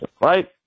right